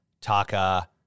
Taka